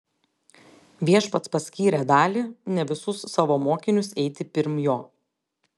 viešpats paskyrė dalį ne visus savo mokinius eiti pirm jo